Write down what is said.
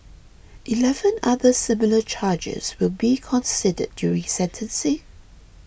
eleven other similar charges will be considered during sentencing